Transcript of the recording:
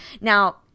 Now